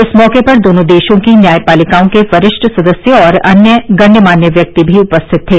इस मौके पर दोनों देशों की न्यायपालिकाओं के वरिष्ठ सदस्य और अन्य गणमान्य व्यक्ति भी उपस्थित थे